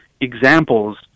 examples